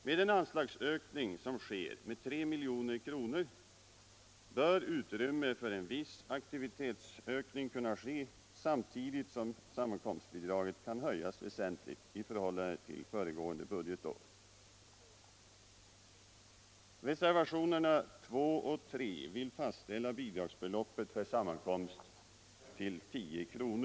Med den anslagsökning som sker med 3 milj.kr. bör utrymme för en viss aktivitetsökning kunna ske samtidigt som sammankomstbidraget kan höjas väsentligt i förhållande till föregående budgetår. Reservationerna 2 och 3 syftar till ett fastställande av bidragsbeloppet per sammankomst till 10 kr.